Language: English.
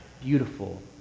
beautiful